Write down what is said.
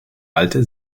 alte